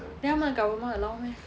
then 他们的 government allow meh